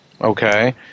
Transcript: Okay